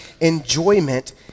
enjoyment